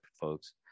folks